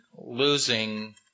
Losing